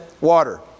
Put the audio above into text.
water